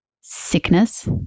sickness